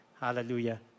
hallelujah